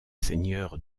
seigneur